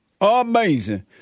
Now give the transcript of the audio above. Amazing